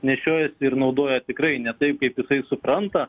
nešiojasi ir naudoja tikrai ne taip kaip jisai supranta